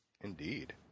indeed